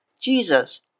Jesus